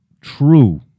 true